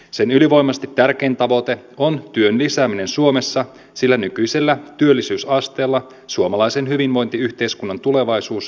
sen ylivoimaisesti tärkein tavoite on työn lisääminen suomessa sillä nykyisellä työllisyysasteella suomalaisen hyvinvointiyhteiskunnan tulevaisuus on vaakalaudalla